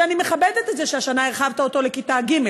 ואני מכבדת את זה שהשנה הרחבת אותו לכיתה ג';